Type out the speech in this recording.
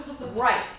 Right